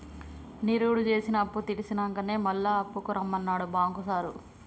నిరుడు జేసిన అప్పుతీర్సినంకనే మళ్ల అప్పుకు రమ్మన్నడు బాంకు సారు